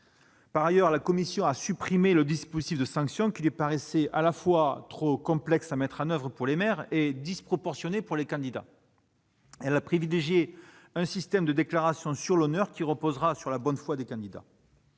Par ailleurs, la commission a supprimé le dispositif de sanction, qui lui paraissait à la fois complexe à mettre en oeuvre pour les maires et disproportionné pour les candidats. Elle a privilégié un système de déclaration sur l'honneur, qui reposera sur la bonne foi des candidats.